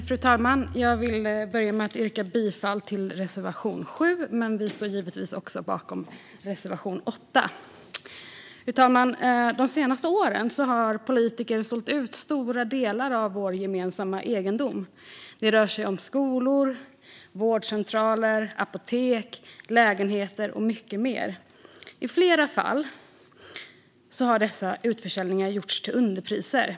Fru talman! Jag vill börja med att yrka bifall till reservation 7, men vi står givetvis bakom även reservation 8. Fru talman! De senaste åren har politiker sålt ut stora delar av vår gemensamma egendom. Det rör sig om skolor, vårdcentraler, apotek, lägenheter och mycket mer. I flera fall har dessa utförsäljningar gjorts till underpriser.